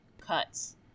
cuts